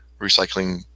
recycling